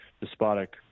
despotic